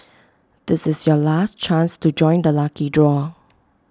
this is your last chance to join the lucky draw